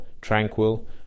tranquil